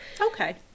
Okay